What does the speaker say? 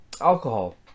alcohol